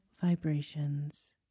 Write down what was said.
vibrations